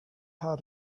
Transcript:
how